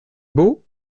beau